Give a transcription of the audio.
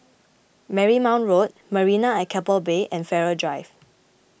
Marymount Road Marina at Keppel Bay and Farrer Drive